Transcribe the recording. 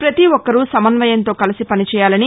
ప్రపతి ఒక్కరూ సమన్వయంతో కలిసి పనిచేయాలని